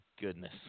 goodness